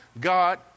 God